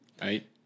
Right